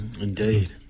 Indeed